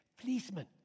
Policemen